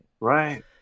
Right